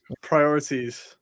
Priorities